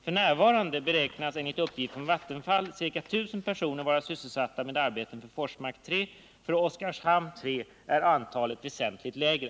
F. n. beräknas enligt uppgift från Vattenfall ca 1 000 personer vara sysselsatta med arbeten för Forsmark 3. För Oskarshamn 3 är antalet väsentligt mindre.